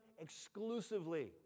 exclusively